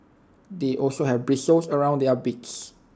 they also have bristles around their beaks